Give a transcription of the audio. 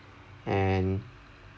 and